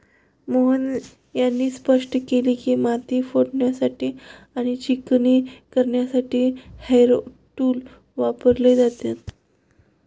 मोहन यांनी स्पष्ट केले की, माती फोडण्यासाठी आणि चिकणी करण्यासाठी हॅरो टूल वापरले जाते